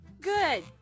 Good